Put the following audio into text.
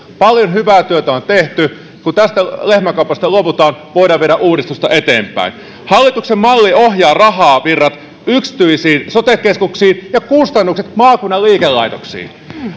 paljon hyvää työtä on tehty kun tästä lehmänkaupasta luovutaan voidaan viedä uudistusta eteenpäin hallituksen malli ohjaa rahavirrat yksityisiin sote keskuksiin ja kustannukset maakuntien liikelaitoksiin